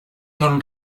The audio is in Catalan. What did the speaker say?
torn